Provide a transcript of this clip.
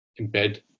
embed